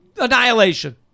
annihilation